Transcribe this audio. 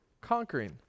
conquering